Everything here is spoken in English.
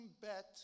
Bet